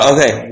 Okay